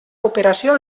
cooperació